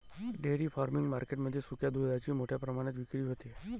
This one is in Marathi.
डेअरी फार्मिंग मार्केट मध्ये सुक्या दुधाची मोठ्या प्रमाणात विक्री होते